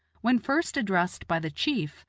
when first addressed by the chief,